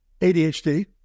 ADHD